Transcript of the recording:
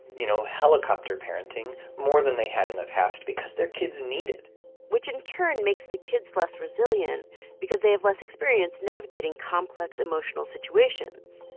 you know, helicopter parenting more than they had in the past because their kids need it which, in turn, makes the kids less resilient because they have less experience navigating complex emotional situations.